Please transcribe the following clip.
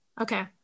okay